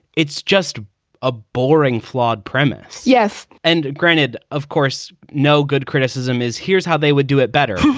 it's just a boring, flawed premise. yes. and granted, of course, no good criticism is here's how they would do it better.